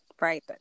Right